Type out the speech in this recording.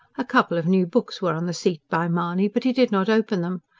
a couple of new books were on the seat by mahony but he did not open them.